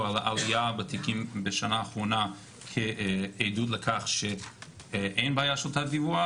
על עלייה בתיקים בשנה האחרונה כעדות לכך שאין בעיה של תת דיווח.